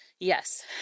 Yes